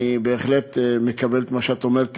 אני בהחלט מקבל את מה שאת אומרת,